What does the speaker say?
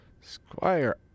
squire